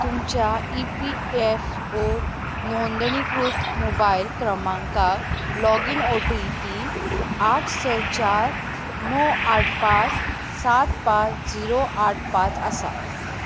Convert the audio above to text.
तुमच्या E P F O नोंदणीकृत mobile क्रमांका लॉगीन ओ टी पी आठ स चार णव आठ पांच सात पांज झिरो आठ पांच आसा